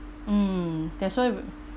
mm that's why we~